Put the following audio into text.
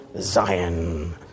Zion